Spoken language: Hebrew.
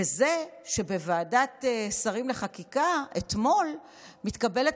בזה שבוועדת השרים לחקיקה אתמול מתקבלת